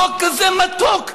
חוק כזה מתוק.